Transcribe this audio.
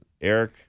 Eric